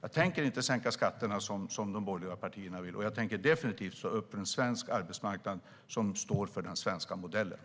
Jag tänker inte sänka skatterna som de borgerliga partierna vill, och jag tänker definitivt stå upp för en svensk arbetsmarknad som står för den svenska modellen.